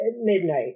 midnight